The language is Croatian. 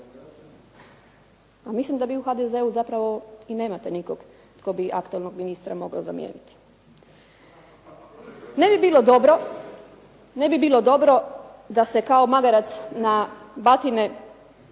Pa mislim da vi u HDZ-u zapravo i nemate nikog tko bi aktualnog ministra mogao zamijeniti. Ne bi bilo dobro da se kao magarac na batine